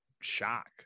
shock